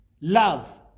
Love